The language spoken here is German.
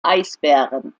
eisbären